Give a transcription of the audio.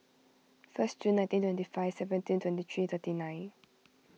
first June nineteen twenty five seventeen twenty three thirty nine